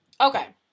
Okay